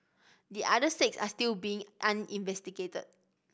the other six are still being uninvestigated